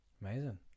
Amazing